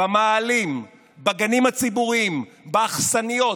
במאהלים, בגנים הציבוריים, באכסניות,